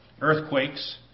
Earthquakes